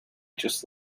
just